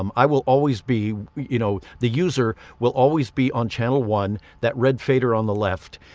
um i will always be you know, the user will always be on channel one, that red fader on the left.